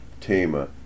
Tama